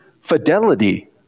fidelity